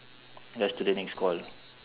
rush to the next call